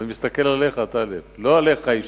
ואני מסתכל עליך, טלב, לא עליך אישית.